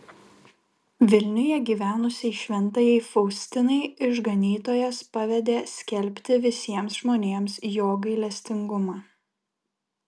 vilniuje gyvenusiai šventajai faustinai išganytojas pavedė skelbti visiems žmonėms jo gailestingumą